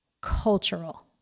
cultural